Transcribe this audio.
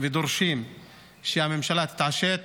ודורשים שהממשלה תתעשת